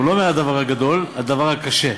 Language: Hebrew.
הוא לא אומר "הדבר הגדול" "הדבר הקשה".